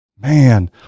man